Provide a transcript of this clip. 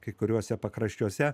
kai kuriuose pakraščiuose